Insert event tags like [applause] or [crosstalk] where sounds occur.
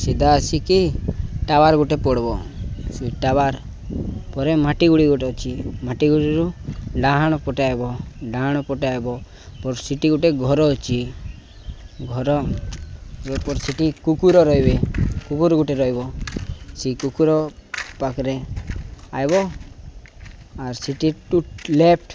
ସିଧା ଆସିକି ଟାୱାର ଗୋଟେ ପଡ଼ିବ ସେ ଟାୱାର ପରେ ମାଟି ଗୋଡ଼ି ଗୋଟେ ଅଛି ମାଟି ଗୋଡ଼ିରୁ ଡାହାଣ ପଟେ ଆସିବ ଡାହାଣ ପଟେ ପରେ ସେଠି ଗୋଟେ ଘର ଅଛି ଘର [unintelligible] ସେଠି କୁକୁର ରହିବେ କୁକୁର ଗୋଟେ ରହିବ ସେଇ କୁକୁର ପାଖରେ ଆସିବ ଆସିକି ଟୁ ଲେଫ୍ଟ